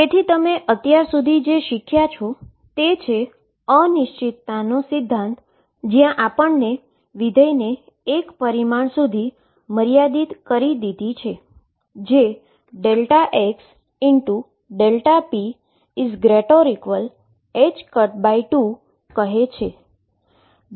તેથી તમે અત્યાર સુધી જે શીખ્યા તે અનસર્ટેનીટી પ્રિંસીપલ છે જ્યાં આપણે ફંક્શનને 1 ડાઈમેન્શન સુધી મર્યાદિત કરી દીધી છે જે xΔp≥2 કહે છે